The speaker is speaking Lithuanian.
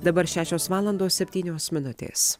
dabar šešios valandos septynios minutės